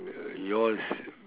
uh yours